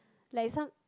like some